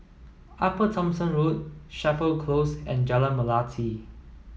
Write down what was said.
Upper Thomson Road Chapel Close and Jalan Melati